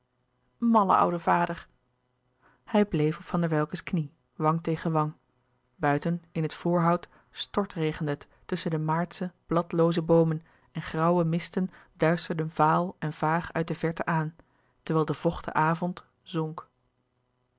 malle ouwe vader hij bleef op van der welcke's knie wang tegen wang buiten in het voorhout stortregende het tusschen de maartsche bladlooze boomen en grauwe misten duisterden vaal en vaag uit de verte aan terwijl de vochte avond